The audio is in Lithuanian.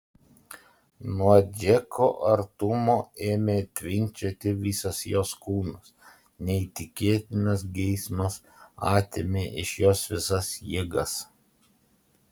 nuo džeko artumo ėmė tvinkčioti visas jos kūnas neįtikėtinas geismas atėmė iš jos visas jėgas